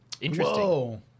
interesting